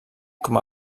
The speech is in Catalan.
com